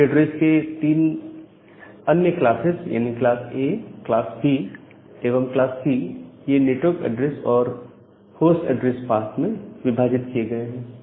IP address के अन्य तीन क्लासेस यानी क्लास A क्लास B एवं क्लास C ये नेटवर्क एड्रेस और पोस्ट ऐड्रेस पार्ट में विभाजित किए गए हैं